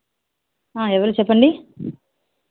ఎవరు చెప్పండి